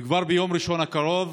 כבר ביום ראשון הקרוב